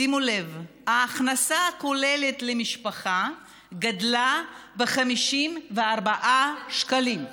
שימו לב, ההכנסה הכוללת למשפחה גדלה ב-54 שקלים.